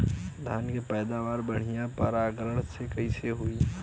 धान की पैदावार बढ़िया परागण से कईसे होई?